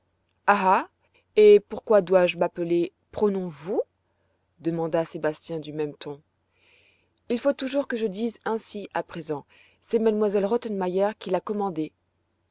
et pourquoi dois-je m'appeler pronom vous demanda sébastien du même ton il faut toujours que je dise ainsi à présent c'est m elle rottenmeier qui l'a commandé